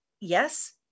yes